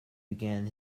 began